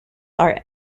are